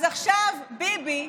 אז עכשיו ביבי,